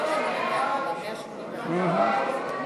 סעיף 06,